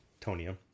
Tonya